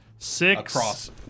Six